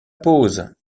pose